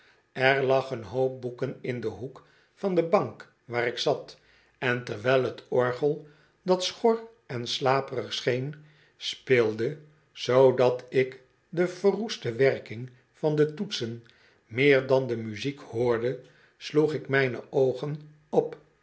er lag een hoop boeken in den hoek van de bank waar ik zat en terwijl t orgel dat schor en slaperig scheen speelde zoodat ik de verroeste werking van de toetsen meer dan de muziek hoorde sloeg ik mijne oogen op